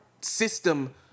system